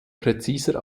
präziser